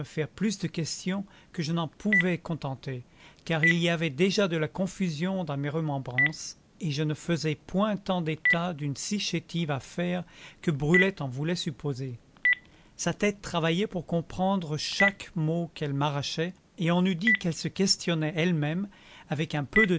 faire plus de questions que je n'en pouvais contenter car il y avait déjà de la confusion dans mes remembrances et je ne faisais point tant d'état d'une si chétive affaire que brulette en voulait supposer sa tête travaillait pour comprendre chaque mot qu'elle m'arrachait et on eût dit qu'elle se questionnait elle-même avec un peu de